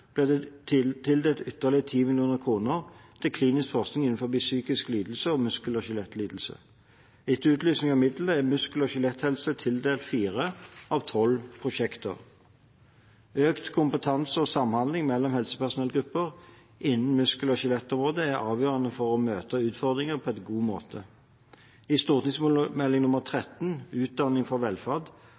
ble det tildelt ytterligere 10 mill. kr til klinisk forskning innenfor psykiske lidelser og muskel- og skjelettlidelser. Etter utlysing av midlene er muskel- og skjeletthelse tildelt fire av tolv prosjekter. Økt kompetanse og samhandling mellom helsepersonellgrupper innen muskel- og skjelettområdet er avgjørende for å møte utfordringene på en god måte. I Meld. St. 13 for 2011–2012, Utdanning for velferd,